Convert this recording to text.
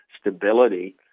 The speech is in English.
stability